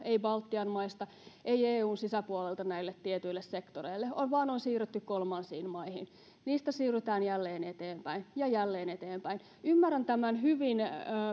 ei baltian maista ei eun sisäpuolelta näille tietyille sektoreille vaan on siirrytty kolmansiin maihin niistä siirrytään jälleen eteenpäin ja jälleen eteenpäin ymmärrän tämän hyvin